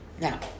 Now